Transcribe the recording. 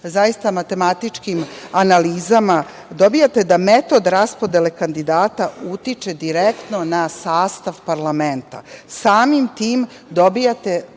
matematičkim analizama? Dobijate da metod raspodele kandidata utiče direktno na sastav parlamenta. Samim tim dobijate